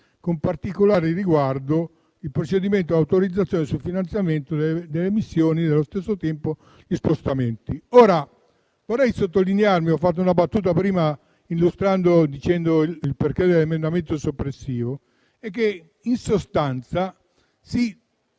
con particolare riguardo al procedimento di autorizzazione e finanziamento delle missioni e nello stesso tempo agli scostamenti. Vorrei ora sottolineare un punto. Ho fatto una battuta prima, illustrando l'emendamento soppressivo. In sostanza, si